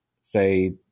say